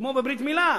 כמו בברית מילה,